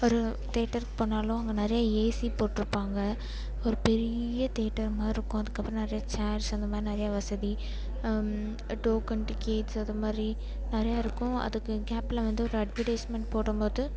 ஒரு தேட்டருக்கு போனாலும் அங்கே நிறைய ஏசி போட்டு இருப்பாங்க ஒரு பெரிய தேட்டர் மாதிரி இருக்கும் அதுக்கு அப்புறம் நிறைய சேர்ஸ் அந்த மாதிரி நிறைய வசதி டோக்கன் டிக்கெட்ஸு அதை மாதிரி நிறையா இருக்கும் அதுக்கு கேப்பில் வந்து ஒரு அட்வர்டைஸ்மெண்ட் போடும்போது